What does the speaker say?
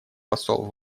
посол